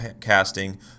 casting